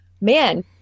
man